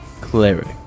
cleric